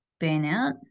Burnout